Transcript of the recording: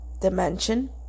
dimension